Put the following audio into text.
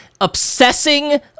Obsessing